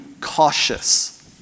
cautious